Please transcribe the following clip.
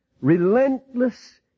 relentless